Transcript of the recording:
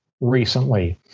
recently